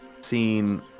seen